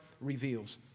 reveals